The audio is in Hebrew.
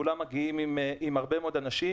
כולם מגיעים עם הרבה מאוד אנשים,